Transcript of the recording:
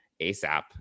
ASAP